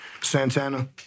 Santana